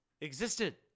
existed